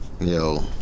Yo